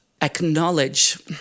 acknowledge